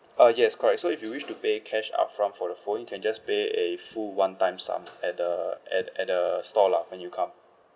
uh yes correct so if you wish to pay cash upfront for the phone you can just pay a full one time sum at the at at the stall lah when you come